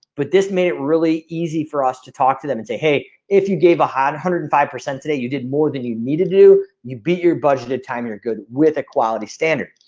but this made it really easy for us to talk to them and say hey if you gave one hundred and five percent today, you did more than you need to do you beat your budget of time you're good with the quality standard.